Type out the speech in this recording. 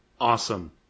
Awesome